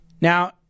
Now